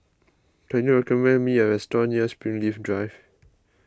can you recommend me a restaurant near Springleaf Drive